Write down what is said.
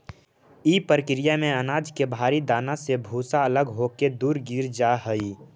इ प्रक्रिया में अनाज के भारी दाना से भूसा अलग होके दूर गिर जा हई